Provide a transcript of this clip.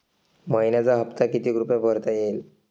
मइन्याचा हप्ता कितीक रुपये भरता येईल?